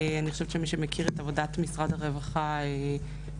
אני חושבת שמי שמכיר את עבודת משרד הרווחה במשך